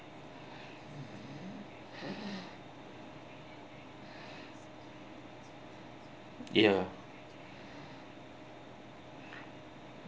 ya